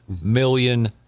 million